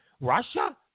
Russia